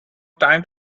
time